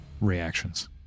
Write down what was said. reactions